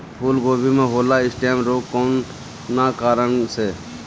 फूलगोभी में होला स्टेम रोग कौना कारण से?